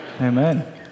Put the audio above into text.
Amen